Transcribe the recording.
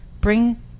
bring